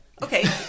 Okay